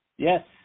yes